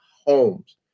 homes